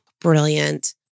Brilliant